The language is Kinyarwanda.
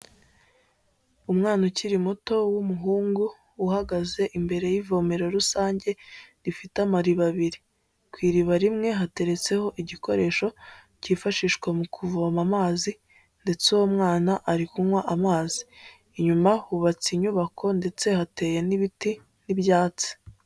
Umwana ukiri muto w'umuhungu, uhagaze imbere y'ivomero rusange rifite amariba abiri, ku iriba rimwe hateretseho igikoresho cyifashishwa mu kuvoma amazi ndetse uwo mwana ari kunywa amazi, inyuma hubatse inyubako ndetse hateye n'ibiti n'ibyatsi.